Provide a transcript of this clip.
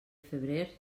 febrer